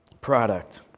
product